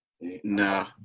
Nah